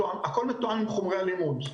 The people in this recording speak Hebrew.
הכול מתואם עם חומרי הלימוד.